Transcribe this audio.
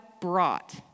brought